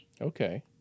Okay